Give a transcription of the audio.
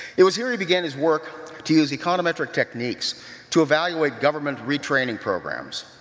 it was here he began his work to use econometric techniques to evaluate government retraining programs.